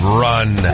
run